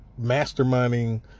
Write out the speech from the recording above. masterminding